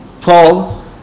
Paul